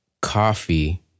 coffee